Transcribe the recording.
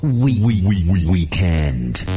weekend